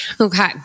Okay